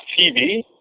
TV